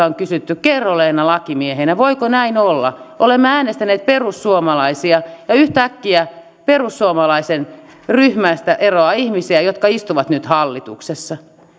on kysytty kerro leena lakimiehenä voiko näin olla olemme äänestäneet perussuomalaisia ja yhtäkkiä perussuomalaisten ryhmästä eroaa ihmisiä jotka istuvat nyt hallituksessa